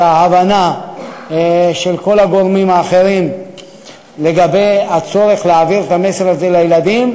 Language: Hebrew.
ההבנה של כל הגורמים האחרים לגבי הצורך להעביר את המסר הזה לילדים.